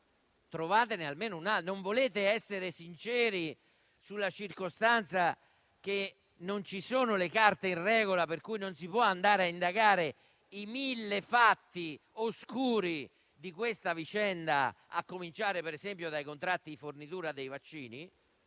Non volete essere sinceri sulla circostanza che non ci sono le carte in regola, per cui non si può andare a indagare i mille fatti oscuri di questa vicenda, a cominciare dai contratti di fornitura dei vaccini,